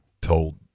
told